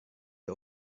wir